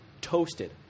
toasted